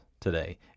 today